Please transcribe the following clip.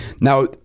Now